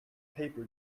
paper